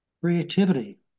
Creativity